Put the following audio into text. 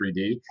3D